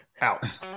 out